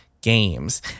games